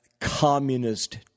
communist